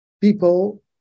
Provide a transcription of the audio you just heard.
people